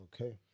Okay